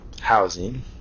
housing